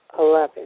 11